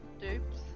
dupes